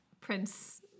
prince